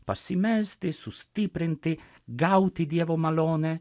pasimelsti sustiprintai gauti dievo malonę